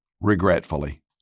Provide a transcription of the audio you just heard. regretfully